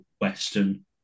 Western